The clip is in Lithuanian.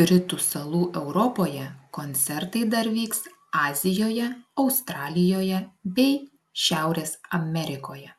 britų salų europoje koncertai dar vyks azijoje australijoje bei šiaurės amerikoje